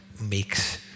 makes